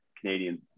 canadians